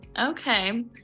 Okay